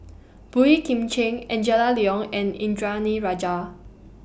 Boey Kim Cheng Angela Liong and Indranee Rajah